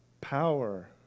Power